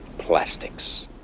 plastics.